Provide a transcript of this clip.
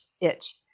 itch